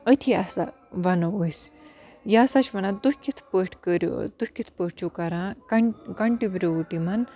أتھی ہَسا وَنو أسۍ یہِ ہَسا چھِ وَنان تُہۍ کِتھ پٲٹھۍ کٔرِو تُہۍ کِتھ پٲٹھۍ چھِو کَران کَن کَنٹِبروٗٹِمَن